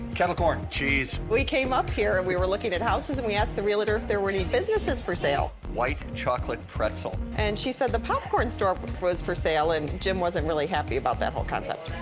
kettle corn, cheese. we came up here and we were looking at houses and we asked the realtor if there were any businesses for sale. white chocolate pretzel. and she said the popcorn store but was for sale and jim wasn't really happy about that whole concept.